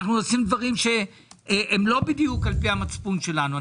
אנחנו עושים דברים שהם לא בדיוק על פי המצפון שלנו.